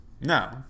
no